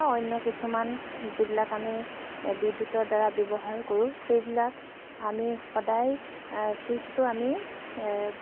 অন্য কিছুমান যিবিলাক আমি বিদ্যুতৰ দ্বাৰা ব্যৱহাৰ কৰোঁ সেইবিলাক আমি সদায় ছুইচটো আমি